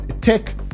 tech